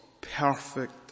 perfect